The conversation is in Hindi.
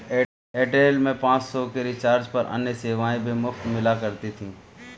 एयरटेल में पाँच सौ के रिचार्ज पर अन्य सेवाएं भी मुफ़्त मिला करती थी